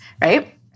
right